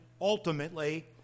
ultimately